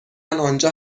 آنجا